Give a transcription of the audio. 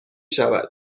شود